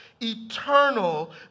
eternal